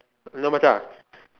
no Macha